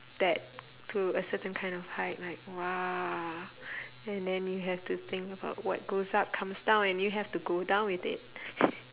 that to a certain kind of height like !wah! and then you have to think about what goes up comes down and you have to go down with it